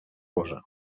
fosa